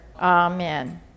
Amen